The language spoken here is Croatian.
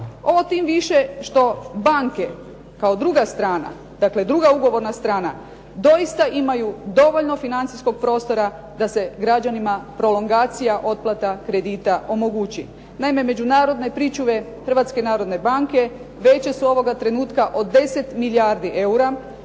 Ovo tim više što banke kao druga strana, dakle druga ugovorna strana doista imaju dovoljno financijskog prostora da se građanima prolongacija otplata kredita omogući. Naime, međunarodne pričuve Hrvatske narodne banke veće su ovoga trenutka od 10 milijardi eura,